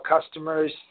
customers